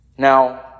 Now